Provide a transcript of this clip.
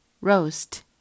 Roast